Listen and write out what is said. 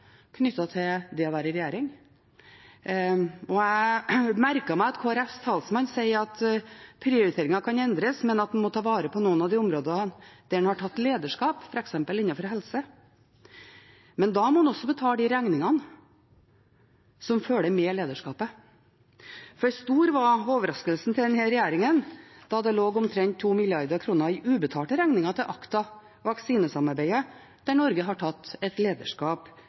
til det å være i regjering. Jeg merker meg at Kristelig Folkepartis talsmann sier at prioriteringer kan endres, men at en må ta vare på noen av de områdene der en har tatt lederskap, f.eks. innenfor helse. Men da må en også betale de regningene som følger med lederskapet. For stor var overraskelsen til denne regjeringen da det lå omtrent 2 mrd. kr i ubetalte regninger til ACT-A, vaksinesamarbeidet, der Norge har tatt et lederskap